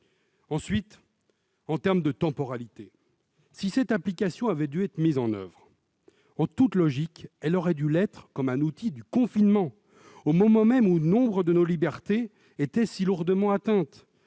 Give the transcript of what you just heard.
vous. En termes de temporalité, ensuite, si cette application avait dû être mise en oeuvre, en toute logique, elle aurait dû l'être comme un outil de confinement, au moment même où nombre de nos libertés étaient si lourdement atteintes